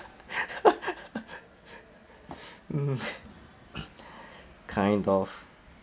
mm kind of